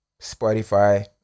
spotify